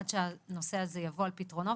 עד שהנושא הזה יבוא על פתרונו.